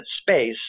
space